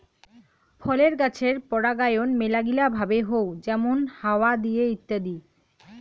ফলের গাছের পরাগায়ন মেলাগিলা ভাবে হউ যেমন হাওয়া দিয়ে ইত্যাদি